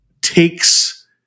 takes